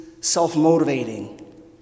self-motivating